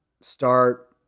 start